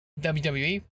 WWE